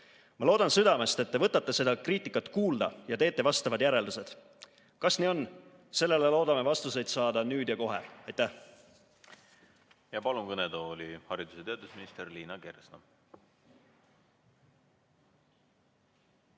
Ma loodan südamest, et te võtate seda kriitikat kuulda ja teete vastavad järeldused. Kas nii on? Sellele loodame vastuseid saada nüüd ja kohe. Aitäh!